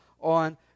on